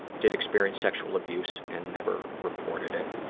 did experience sexual abuse and never reported it.